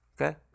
okay